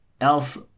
else